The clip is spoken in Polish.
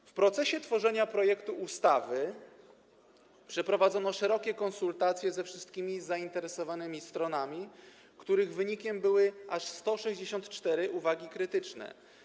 W ramach procesu tworzenia projektu ustawy przeprowadzono szerokie konsultacje ze wszystkimi zainteresowanymi stronami, których wynikiem były aż 164 uwagi krytyczne.